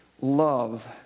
love